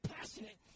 passionate